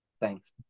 Thanks